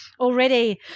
already